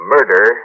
Murder